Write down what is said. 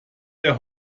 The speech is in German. der